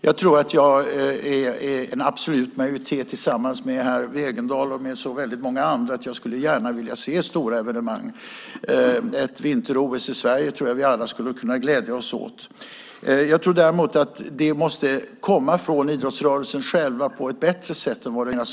Jag tror att jag är en i den absoluta majoritet tillsammans med herr Wegendal och väldigt många andra som gärna skulle vilja se stora evenemang i Sverige. Ett vinter-OS i Sverige skulle vi alla kunna glädja oss åt. Jag tror däremot att det måste komma från idrottsrörelsen själv på ett bättre sätt än hittills.